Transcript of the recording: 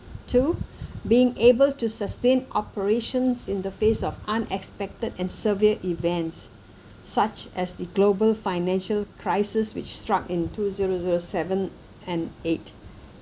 to being able to sustain operations in the face of unexpected and severe events such as the global financial crisis which struck in two zero zero seven and eight